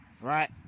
right